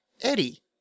Eddie